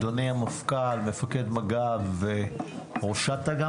אדוני המפכ"ל, מפקד מג"ב, ראשת אג"מ